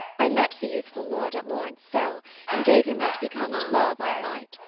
i met the youthful lord at lawrence' cell and gave him what becomed love i might,